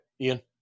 Ian